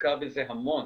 מושקע בזה המון